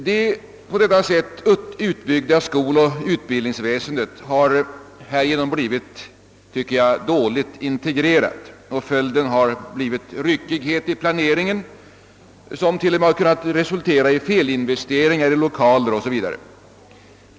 Det på detta sätt utbyggda skoloch utbildningsväsendet har blivit, tycker jag, dåligt integrerat, och följden har blivit en ryckighet i planeringen som t.o.m. kunnat resultera i felinvesteringar i lokaler o. s. v.